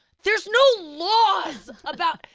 there's no laws about,